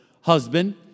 husband